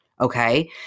Okay